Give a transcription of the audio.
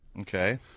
Okay